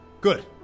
Good